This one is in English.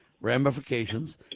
ramifications